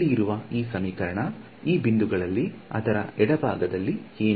ಇಲ್ಲಿ ಇರುವ ಈ ಸಮೀಕರಣ ಈ ಬಿಂದುಗಳಿಗೆ ಅದರ ಎಡಗೈ ಏನು